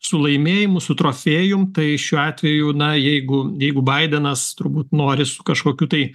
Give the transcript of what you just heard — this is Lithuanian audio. su laimėjimu su trofėjum tai šiuo atveju na jeigu jeigu baidenas turbūt nori su kažkokiu tai